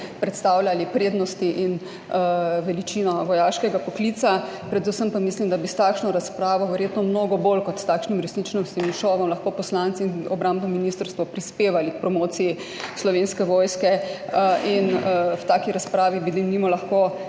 predstavljali prednosti in veličino vojaškega poklica. Predvsem pa mislim, da bi s takšno razpravo verjetno mnogo bolj kot s takšnim resničnostnim šovom lahko poslanci in obrambno ministrstvo prispevali k promociji slovenske vojske. In v taki razpravi bi denimo lahko